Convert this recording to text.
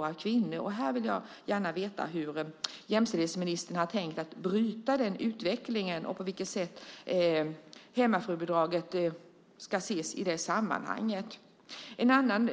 Jag vill gärna veta hur jämställdhetsministern har tänkt bryta denna utveckling och på vilket sätt hemmafrubidraget ska ses i det sammanhanget. En annan